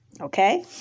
okay